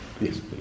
Yes